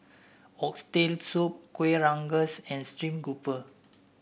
Oxtail Soup Kuih Rengas and stream grouper